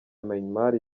myanmar